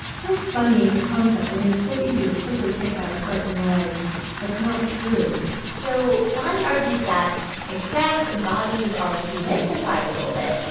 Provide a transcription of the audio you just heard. what a funny concept. i mean, it's so easy to quickly pick that apart and realize that's not true so bonnie argues that if sex and bodies are demystified a little bit,